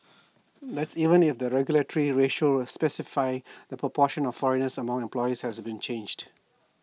that's even if the regulatory ratio specifying the proportion of foreigners among employees has been changed